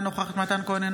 אינה נוכחת מתן כהנא,